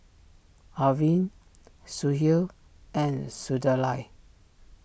Arvind Sudhir and Sunderlal